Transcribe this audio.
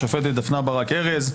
השופטת דפנה ברק ארז: